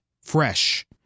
fresh